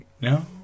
No